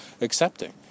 accepting